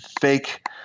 fake